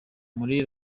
muri